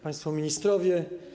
Państwo Ministrowie!